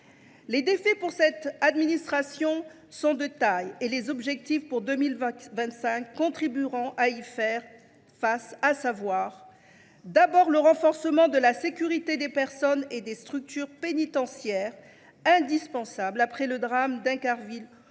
Les défis pour cette administration sont de taille, et les objectifs pour 2025 contribueront à y faire face. Je pense tout d’abord au renforcement de la sécurité des personnels et des structures pénitentiaires, indispensable après le drame d’Incarville, au